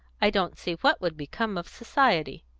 i don't see what would become of society.